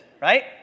Right